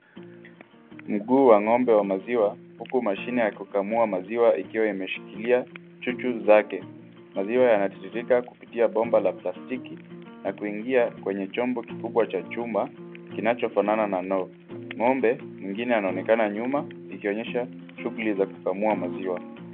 Mguu wa ng'ombe wa maziwa huku mashine ya kukamua maziwa, ikiwa imeshikilia chuchu zake. Maziwa yanatiririka kupitia bomba la plastiki na kuingia kwenye chombo kikubwa cha chuma, kinachofanana na ndoo. Ng'ombe mwingine anaonekana nyuma ikionyesha shughuli za kukamua maziwa.